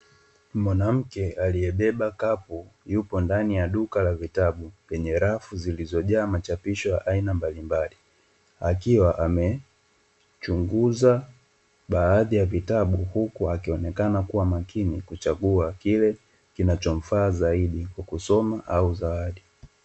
Mwanamke aliyebeba kapu yupo ndani ya duka la vitabu kwenye rafu zilizojaa machapisho ya aina mbalimbali, akiwa amechunguza baadhi ya vitabu huku akionekana kuwa makini kuchagua kile kinachomfaa zaidi kwa kusoma au zawadi.